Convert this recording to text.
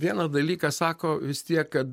vieną dalyką sako vis tiek kad